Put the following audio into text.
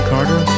Carter